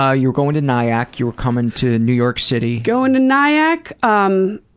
ah you're going to nyack. you're coming to new york city. going to nyack, um,